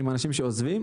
עם אנשים שעוזבים,